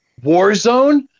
Warzone